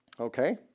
Okay